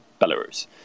Belarus